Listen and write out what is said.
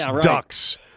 ducks